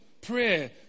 prayer